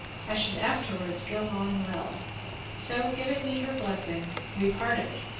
i should afterwards go on well so, giving me her blessing, we parted.